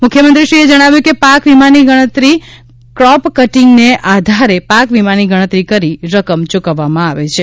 મુખ્યમંત્રીશ્રીએ જણાવ્યું કે પાક વીમાની ગણતરી ક્રોપ કટિંગને આધારે પાક વીમાની ગણતરી કરી રકમ ચૂકવવામાં આવે છે